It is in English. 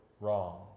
wrong